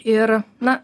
ir na